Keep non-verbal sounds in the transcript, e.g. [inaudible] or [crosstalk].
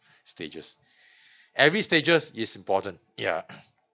stages [breath] every stages is important yeah [noise]